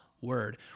word